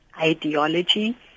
ideology